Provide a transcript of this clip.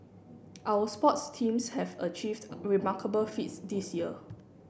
our sports teams have achieved remarkable feats this year